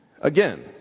Again